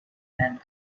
and